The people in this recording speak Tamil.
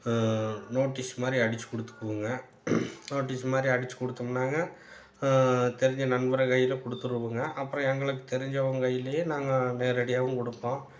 நோட்டீஸ் மாதிரி அடிச்சு கொடுத்துக்குவங்க நோட்டீஸ் மாதிரி அடிச்சுக் கொடுத்தம்னாங்க தெரிஞ்ச நண்பர்கள் கையில் கொடுத்துருவோங்க அப்புறம் எங்களுக்கு தெரிஞ்சவங்க கையிலயே நாங்கள் நேரடியாகவும் கொடுப்போம்